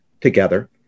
together